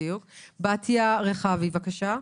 בתיה רכבי בבקשה.